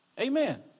Amen